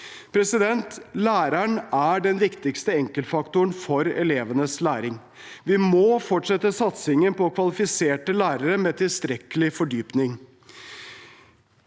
Læreren er den viktigste enkeltfaktoren for elevenes læring. Vi må fortsette satsingen på kvalifiserte lærere med tilstrekkelig fordypning.